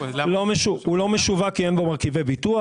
הוא לא משווק כי אין בו מרכיבי ביטוח.